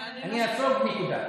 אני מעדיף שאתה תגיד: אני נסוג.